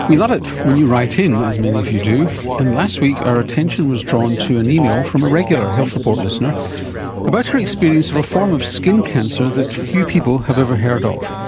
we love it when you write in, as many of you do, and last week our attention as drawn to an email from a regular health report listener about her experience of a form of skin cancer that few people have ever heard of.